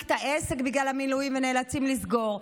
את העסק בגלל המילואים ונאלצים לסגור,